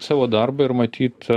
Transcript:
savo darbą ir matyt